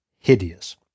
hideous